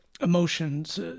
emotions